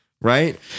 right